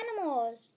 animals